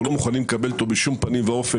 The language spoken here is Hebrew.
לא מוכנים לקבל אותו בשום פנים ואופן,